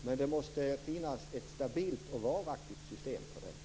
Men det måste finnas ett stabilt och varaktigt system för detta.